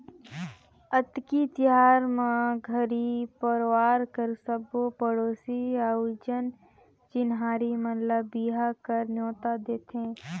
अक्ती तिहार म घरी परवार कर सबो पड़ोसी अउ जान चिन्हारी मन ल बिहा कर नेवता देथे